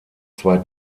zwei